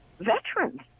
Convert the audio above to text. veterans